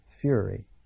Fury